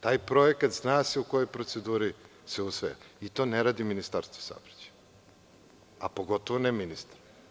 Taj projekat zna se u kojoj proceduri se usvaja i to ne radi Ministarstvo za saobraćaj, a pogotovo ne ministar.